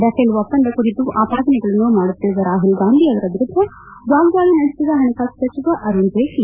Rafale ಒಪ್ಲಂದ ಕುರಿತು ಆಪಾದನೆಗಳನ್ನು ಮಾಡುತ್ತಿರುವ ರಾಹುಲ್ಗಾಂಧಿ ಅವರ ವಿರುದ್ದ ವಾಗ್ನಾಳಿ ನಡೆಸಿದ ಹಣಕಾಸು ಸಚಿವ ಅರುಣ್ ಜೇಟ್ಲ